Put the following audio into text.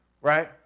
right